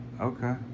Okay